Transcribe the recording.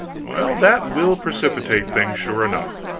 well, that will precipitate things, sure enough!